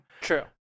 True